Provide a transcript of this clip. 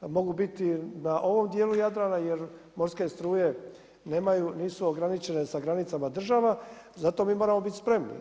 mogu biti na ovom djelu Jadrana jer morske struje nisu ograničene sa granicama država, za to mi moramo biti spremni.